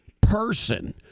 person